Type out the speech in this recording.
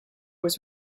was